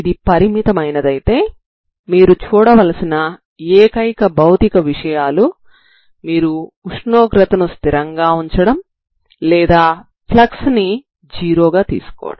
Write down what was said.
ఇది పరిమితమైనదైతే మీరు చూడవలసిన ఏకైక భౌతిక విషయాలు మీరు ఉష్ణోగ్రతను స్థిరంగా ఉంచడం లేదా ఫ్లక్స్ ని 0 గా తీసుకోవడం